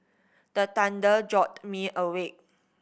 the thunder jolt me awake